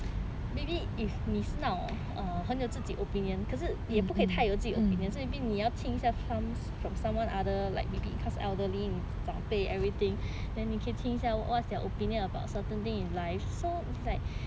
maybe if 你是那种很有自己 opinion 可是也不可以太有自己 so maybe 你要听一下 from someone other like maybe cause elderly 长辈 everything then 你可以听一下 what's their opinion about certain things in life so like